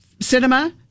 cinema